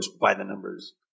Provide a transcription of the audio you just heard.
by-the-numbers